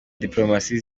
dipolomasi